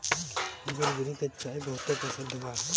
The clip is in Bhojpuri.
निलगिरी के चाय बहुते परसिद्ध बा